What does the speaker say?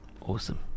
Awesome